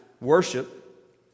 worship